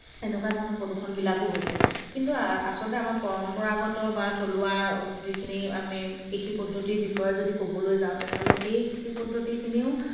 এনেকুৱা ধৰণৰ প্ৰদূষণবিলাকো হৈছে কিন্তু আচলতে আমাৰ পৰম্পৰাগত বা থলুৱা যিখিনি আমি কৃষি পদ্ধতিৰ বিষয়ে যদি ক'বলৈ যাওঁ তেনেহ'লে সেই কৃষি পদ্ধতিখিনিও